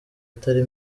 atari